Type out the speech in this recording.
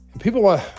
People